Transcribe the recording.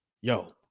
yo